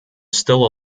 still